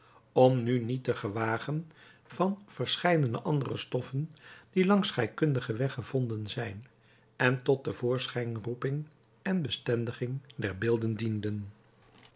om nu niet te gewagen van verscheidene andere stoffen die langs scheikundigen weg gevonden zijn en tot te voorschijn roeping en bestendiging der beelden dienen